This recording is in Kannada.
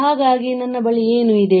ಹಾಗಾಗಿ ನನ್ನ ಬಳಿ ಏನು ಇದೆ